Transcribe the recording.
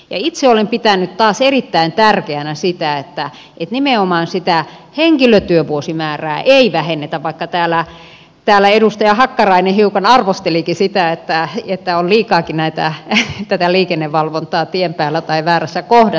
itse olen pitänyt taas erittäin tärkeänä sitä että nimenomaan sitä henkilötyövuosimäärää ei vähennetä vaikka täällä edustaja hakkarainen hiukan arvostelikin sitä että on liikaakin tätä liikennevalvontaa tien päällä väärässä kohdassa